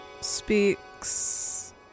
speaks